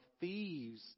thieves